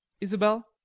Isabel